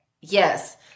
Yes